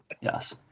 yes